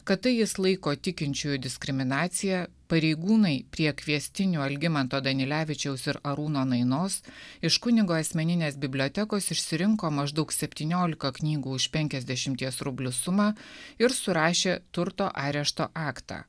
kad tai jis laiko tikinčiųjų diskriminacija pareigūnai prie kviestinių algimanto danilevičiaus ir arūno nainos iš kunigo asmeninės bibliotekos išsirinko maždaug septyniolika knygų už penkiasdešimties rublių sumą ir surašė turto arešto aktą